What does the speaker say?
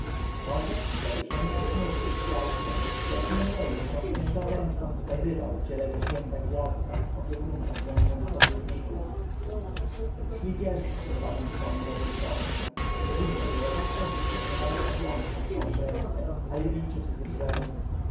bożek zawieszony na sznurku chwiał się lecz niemniej wyciągniętą ręką wskazywał gdzie leży święta gwiazda opiekunka zbłąkanych podróżników szli pieszo prowadząc konie dobrym krokiem zimno było tak ostre że nawet azjaci chuchali w ręce a libijczycy drżeli